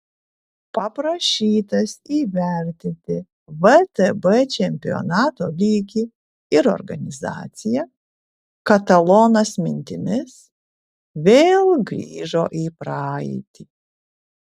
paprašytas įvertinti vtb čempionato lygį ir organizaciją katalonas mintimis vėl grįžo į praeitį